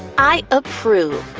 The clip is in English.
i approve!